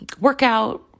workout